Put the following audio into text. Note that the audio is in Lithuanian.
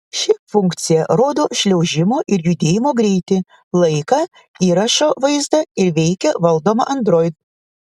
ši funkcija rodo šliuožimo ir judėjimo greitį laiką įrašo vaizdą ir veikia valdoma android